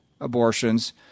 abortions